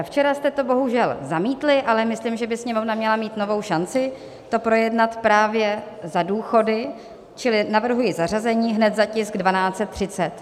Včera jste to bohužel zamítli, ale myslím, že by Sněmovna měla mít novou šanci to projednat právě za důchody, čili navrhuji zařazení hned za tisk 1230.